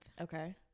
okay